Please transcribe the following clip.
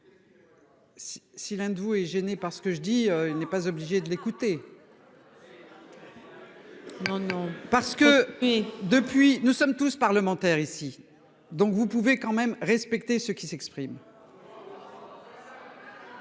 si l'un de vous est gêné parce que je dis n'est pas obligé de l'écouter. Parce que depuis, nous sommes tous parlementaires ici, donc vous pouvez quand même respecter ceux qui s'expriment.